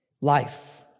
life